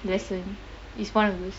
lesson it's one of those